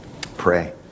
Pray